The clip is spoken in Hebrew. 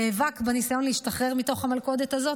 נאבק בניסיון להשתחרר מהמלכודת הזאת.